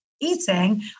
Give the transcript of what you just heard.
eating